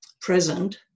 present